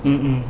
mmhmm